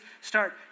start